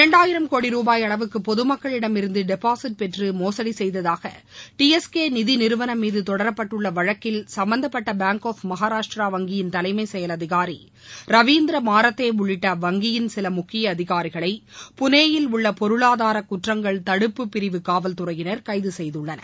இரண்டாயிரம் கோடி ரூபாய் அளவுக்கு பொதுமக்களிடம் இருந்து டெபாசிட் பெற்று மோசடி செய்ததாக டிஎஸ்கே நிதி நிறுவனம் மீது தொடரப்பட்டுள்ள வழக்கில் சும்பந்தப்பட்ட பேங்க் ஆப் மகாராஷ்டிராக வங்கியின் தலைமை செயல் அதிகாரி ரவீந்திர மாரதே உள்ளிட்ட அவ்வங்கியின் சில முக்கிய அதிகாரிகளை புனேயில் உள்ள பொருளாதார குற்றங்கள் தடுப்பு பிரிவு காவல் துறையினர் கைது செய்துள்ளனர்